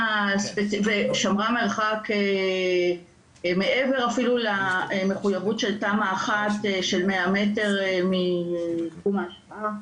ושמרה מרחק מעבר אפילו למחויבות של תמ"א 1 של 100 מטר מתחום ההשפעה.